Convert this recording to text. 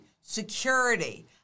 security